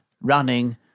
running